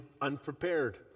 unprepared